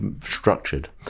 structured